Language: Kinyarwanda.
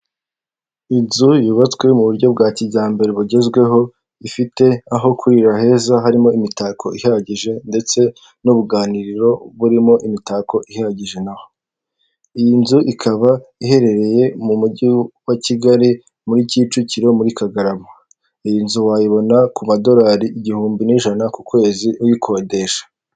Inzu yubatswe mu buryo bwa kijyambere bugezweho, ifite aho kurira heza, harimo imitako ihagije, ndetse n'ubuganiriro burimo imitako ihagije ha no. Iyi nzu ikaba iherereye mu mujyi wa Kigali, muri Kicukiro, muri Kagarama. Iyi nzu wayibona ku madolari igihumbi n'ijana ku kwezi, uyikodesha.